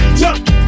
jump